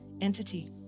entity